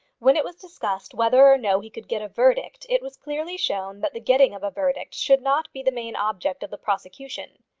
when it was discussed whether or no he could get a verdict, it was clearly shown that the getting of a verdict should not be the main object of the prosecution.